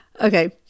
Okay